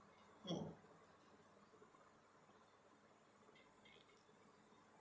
mm